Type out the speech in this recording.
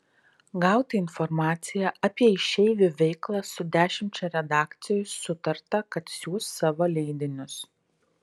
gauti informaciją apie išeivių veiklą su dešimčia redakcijų sutarta kad siųs savo leidinius